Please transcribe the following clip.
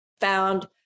found